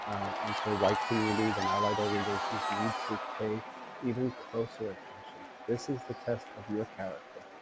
and so white communities and allied organizations need to pay even closer attention. this is the test of your character.